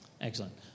Excellent